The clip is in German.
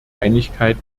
einigkeit